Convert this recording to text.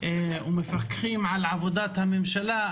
עבודת הממשלה,